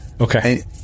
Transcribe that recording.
Okay